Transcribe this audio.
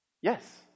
Yes